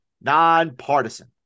nonpartisan